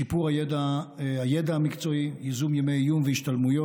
שיפור הידע המקצועי, ייזום ימי עיון והשתלמויות,